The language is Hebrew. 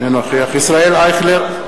אינו נוכח ישראל אייכלר,